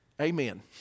amen